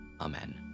Amen